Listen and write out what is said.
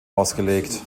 ausgelegt